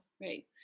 right